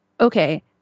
okay